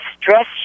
stress